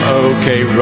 okay